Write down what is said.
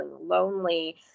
lonely